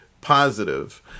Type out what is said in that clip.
positive